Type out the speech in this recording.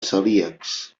celíacs